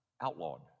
outlawed